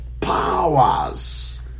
powers